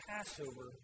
Passover